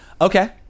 Okay